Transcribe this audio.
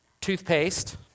toothpaste